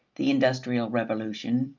the industrial revolution,